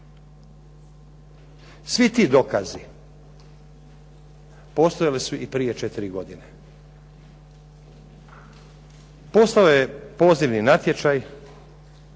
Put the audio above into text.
Svi ti dokazi postojali su i prije 4 godine. Postojao je pozivni natječaj,